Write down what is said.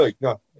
no